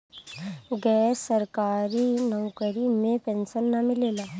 गैर सरकारी नउकरी में पेंशन ना मिलेला